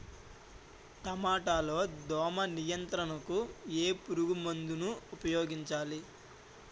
టమాటా లో దోమ నియంత్రణకు ఏ పురుగుమందును ఉపయోగించాలి?